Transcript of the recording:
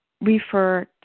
refer